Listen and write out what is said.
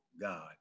God